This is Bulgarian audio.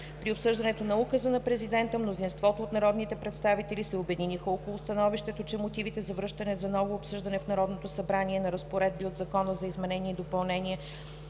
При обсъждането на Указа на Президента мнозинството от народните представители се обединиха около становището, че мотивите за връщане за ново обсъждане в Народното събрание на разпоредби от Закона за изменение и допълнение